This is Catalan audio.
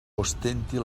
ostentin